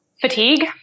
Fatigue